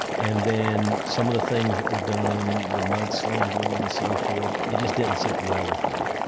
and then some of the things that were done, the mud-slinging and so forth, it just didn't sit well with me.